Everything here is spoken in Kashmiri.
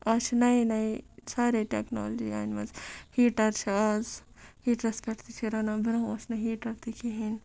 آز چھِ نیے نیے سارے ٹٮ۪کنالجی اَنِمَژٕ ہیٖٹَر چھِ آز ہیٖٹرَس پٮ۪ٹھ تہِ چھِ رَنان بروںٛہہ ٲسۍ نہٕ ہیٖٹر تہِ کِہیٖنۍ